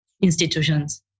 institutions